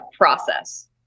process